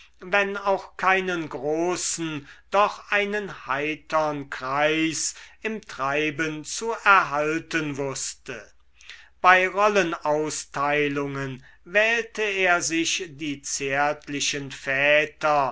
wenn auch keinen großen doch einen heitern kreis im treiben zu erhalten wußte bei rollenausteilungen wählte er sich die zärtlichen väter